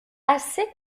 assez